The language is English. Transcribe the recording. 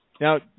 Now